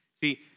See